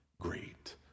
great